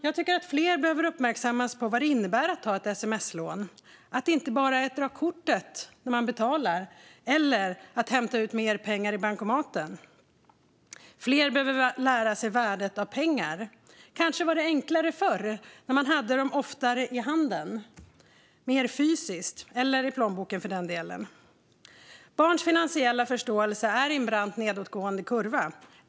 Jag tycker att fler behöver uppmärksammas på vad det innebär att ta ett sms-lån och på att det inte bara är att dra kortet när man betalar eller hämta ut mer pengar i bankomaten. Fler behöver lära sig värdet av pengar. Kanske var det enklare förr, när man oftare hade dem fysiskt i handen eller plånboken. Barns finansiella förståelse följer en brant nedåtgående kurva.